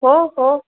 हो हो